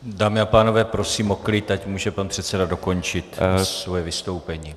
Dámy a pánové, prosím o klid, ať může pan předseda dokončit svoje vystoupení.